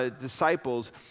disciples